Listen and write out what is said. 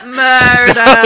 murder